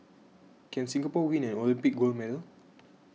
can Singapore win an Olympic gold medal